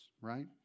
right